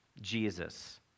Jesus